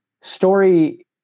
Story